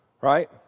right